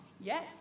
Yes